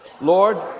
Lord